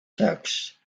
texts